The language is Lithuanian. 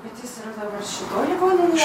bet jis yra dabar šitoj ligoninėj